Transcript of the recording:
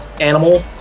animal